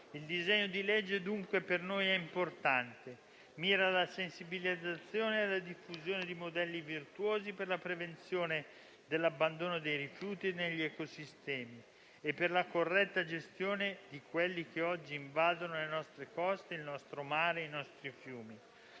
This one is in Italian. Il disegno di legge, dunque, per noi è importante: mira alla sensibilizzazione e alla diffusione di modelli virtuosi per la prevenzione dell'abbandono dei rifiuti negli ecosistemi e per la corretta gestione di quelli che oggi invadono le nostre coste, il nostro mare, i nostri fiumi.